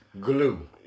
Glue